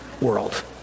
world